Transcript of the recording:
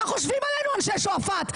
מה חושבים עלינו אנשי שועפט?